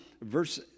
verse